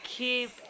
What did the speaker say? keep